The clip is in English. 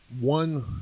one